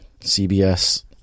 CBS